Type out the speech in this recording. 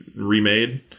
remade